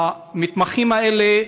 המתמחים האלה,